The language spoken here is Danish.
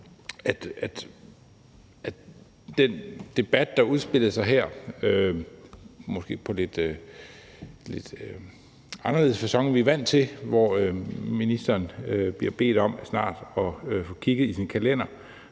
og den debat, der udspillede sig her – måske på en lidt anderledes facon, end vi er vant til – hvor ministeren bliver bedt om snart at få kigget i sin kalender,